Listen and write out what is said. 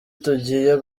tugiye